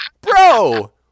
bro